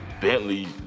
Bentley